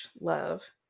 Love